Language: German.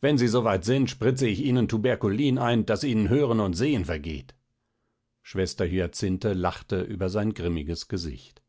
wenn sie so weit sind spritze ich ihnen tuberkulin ein daß ihnen hören und sehen vergeht schwester hyacinthe lachte über sein grimmiges gesicht